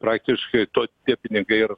praktiškai to tokie pinigai yra